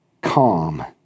calm